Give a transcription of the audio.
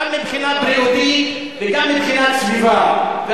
גם מבחינה בריאותית וגם מבחינת סביבה.